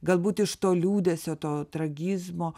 galbūt iš to liūdesio to tragizmo